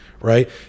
right